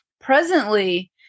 Presently